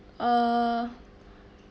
uh